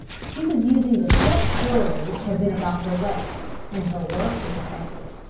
she was using the silk girdle which had been about her waist, and her work was effective.